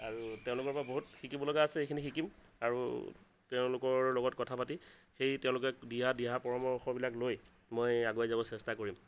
আৰু তেওঁলোকৰ পৰা বহুত শিকিব লগা আছে সেইখিনি শিকিম আৰু তেওঁলোকৰ লগত কথা পাতি সেই তেওঁলোকে দিয়া দিহা পৰামৰ্শ বিলাক লৈ মই আগুৱাই যাব চেষ্টা কৰিম